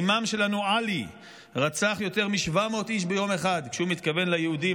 האימאם שלנו עלי רצח יותר מ-700 איש ביום אחד" כשהוא מתכוון ליהודים,